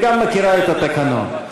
וגם מכירה את התקנון.